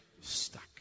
stuck